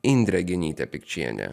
indrė genytė pikčienė